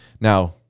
Now